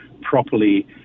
properly